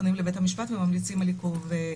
פונים לבית המשפט וממליצים על עיכוב.